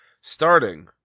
starting